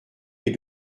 est